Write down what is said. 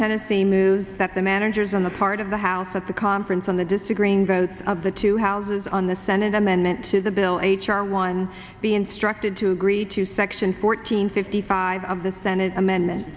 tennessee move that the managers on the part of the house at the conference on the disagreeing votes of the two houses on the senate amendment to the bill h r one be instructed to agree to section fourteen fifty five of the senate amendment